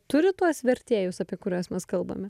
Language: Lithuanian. turi tuos vertėjus apie kuriuos mes kalbame